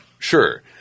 Sure